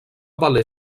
valer